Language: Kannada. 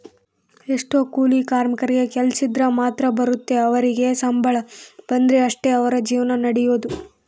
ಎಷ್ಟೊ ಕೂಲಿ ಕಾರ್ಮಿಕರಿಗೆ ಕೆಲ್ಸಿದ್ರ ಮಾತ್ರ ಬರುತ್ತೆ ಅವರಿಗೆ ಸಂಬಳ ಬಂದ್ರೆ ಅಷ್ಟೇ ಅವರ ಜೀವನ ನಡಿಯೊದು